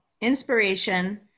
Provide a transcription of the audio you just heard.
inspiration